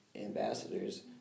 ambassadors